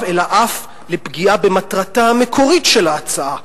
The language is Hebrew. אלא אף בפגיעה במטרתה המקורית של ההצעה,